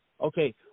Okay